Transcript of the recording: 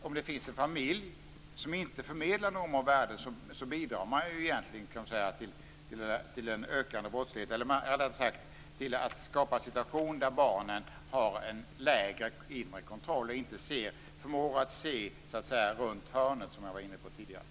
Om det finns en familj som inte förmedlar normer och värden, kan man säga att den egentligen bidrar till en ökande brottslighet eller rättare sagt till att skapa en situation där barnen har en mindre inre kontroll och inte förmår att se så att säga runt hörnet, som jag var inne på tidigare.